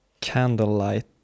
candlelight